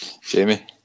Jamie